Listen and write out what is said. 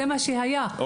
זה מה שקרה בפועל.